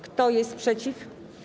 Kto jest przeciw?